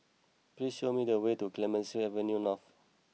please show me the way to Clemenceau Avenue North